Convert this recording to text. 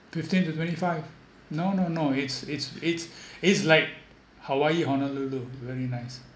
fifteen to twenty five no no no it's it's it's it's like hawaii honolulu very nice